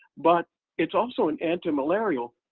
but it's also an anti-malarial.